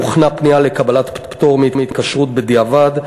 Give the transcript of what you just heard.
הוכנה פנייה לקבלת פטור מהתקשרות בדיעבד,